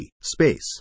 space